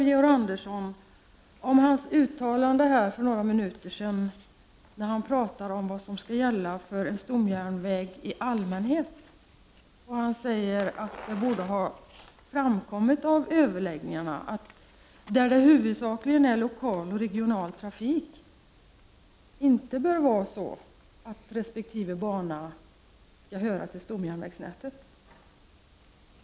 Georg Andersson gjorde här ett uttalande för ett par minuter sedan där han talade om vad som skall gälla för en stomjärnväg i allmänhet. Han säger att det borde ha framkommit av överläggningarna att där det huvudsakligen är lokal och regional trafik bör inte resp. bana höra till stomjärnvägsnätet.